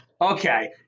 Okay